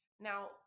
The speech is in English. Now